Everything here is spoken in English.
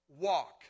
walk